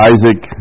Isaac